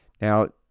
Now